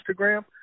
Instagram